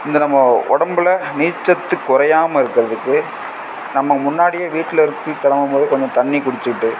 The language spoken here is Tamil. இந்த நம்ம உடம்புல நீர்ச்சத்துக் குறையாம இருக்கிறதுக்கு நம்ம முன்னாடியே வீட்டில் இருந்து கிளம்பம்போது கொஞ்சம் தண்ணி குடிச்சுட்டு